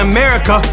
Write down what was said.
America